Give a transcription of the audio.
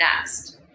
next